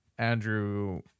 Andrew